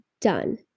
done